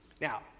Now